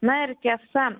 na ir tiesa